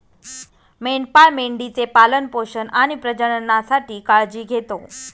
मेंढपाळ मेंढी चे पालन पोषण आणि प्रजननासाठी काळजी घेतो